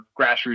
grassroots